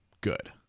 good